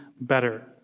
better